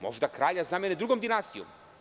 Možda kralja zamene drugom dinastijom.